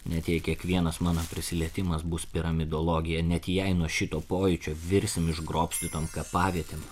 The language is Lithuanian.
net jei kiekvienas mano prisilietimas bus piramidologija net jei nuo šito pojūčio virsim išgrobstytom kapavietėm